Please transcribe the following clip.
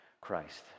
Christ